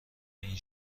این